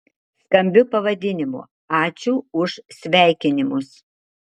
skambiu pavadinimu ačiū už sveikinimus